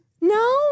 No